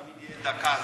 תמיד יהיה דקה,